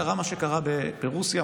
קרה מה שקרה ברוסיה,